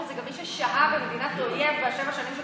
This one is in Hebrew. זה גם מי ששהה במדינת אויב בשבע שנים שקדמו.